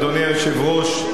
אדוני היושב-ראש,